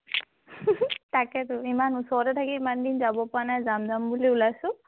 তাকেতো ইমান ওচৰতে থাকি ইমান দিন যাব পৰা নাই ইমান দিন যাম যাম বুলি ওলাইছোঁ